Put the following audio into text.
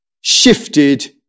shifted